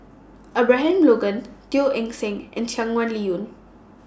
Abraham Logan Teo Eng Seng and Shangguan Liuyun